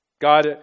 God